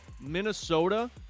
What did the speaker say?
Minnesota